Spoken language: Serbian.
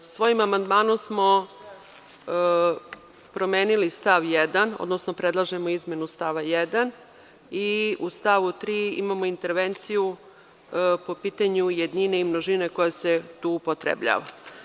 Svojim amandmanom smo promenili stav 1, odnosno predlažemo izmenu stava 1. i u stavu 3. imamo intervenciju po pitanju jednine i množine koja se tu upotrebljava.